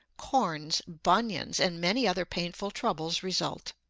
corns, bunions and many other painful troubles result.